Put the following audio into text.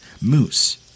moose